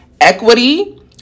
Equity